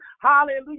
hallelujah